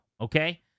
okay